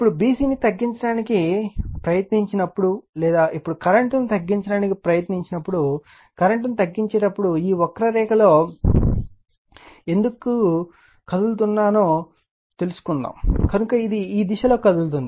ఇప్పుడు b c ని తగ్గించడానికి ప్రయత్నించినప్పుడు లేదా ఇప్పుడు కరెంట్ ను తగ్గించడానికి ప్రయత్నించినప్పుడు కరెంట్ ను తగ్గించేటప్పుడు నేను ఈ వక్రరేఖలో ఎందుకు కదులుతున్నానో తెలుసుకుందాం కనుక ఇది ఈ దిశలో కదులుతోంది